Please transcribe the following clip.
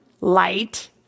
light